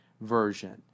version